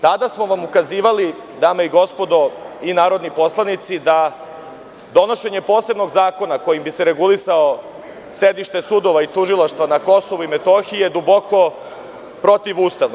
Tada smo vam ukazivali, dame i gospodo narodni poslanici, da donošenje posebnog zakona kojim bi se regulisala sedišta sudova i tužilaštava na KiM je duboko protivustavno.